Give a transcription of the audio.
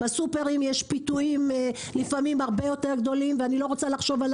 בסופרים יש פיתויים הרבה יותר גדולים ואני לא רוצה לחשוב על